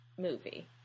movie